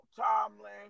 Tomlin